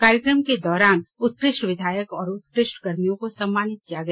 कार्यक्रम के दौरान उत्कृष्ट विधायक और उत्कृष्ट कर्मियों को सम्मानित किया गया